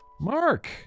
Mark